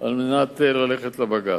על מנת ללכת לבג"ץ.